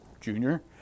Junior